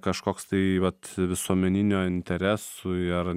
kažkoks tai vat visuomeninio interesui ar